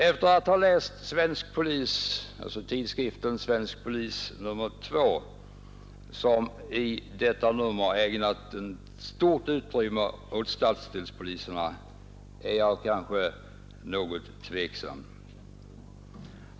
Efter att ha läst nr 2 av tidskriften Svensk Polis, som ägnar stort utrymme åt stadsdelspoliserna, är jag kanske något tveksam.